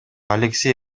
алексей